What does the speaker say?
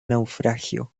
naufragio